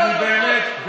אני באמת מאמין,